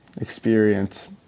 Experience